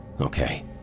Okay